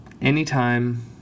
Anytime